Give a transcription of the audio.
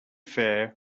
fair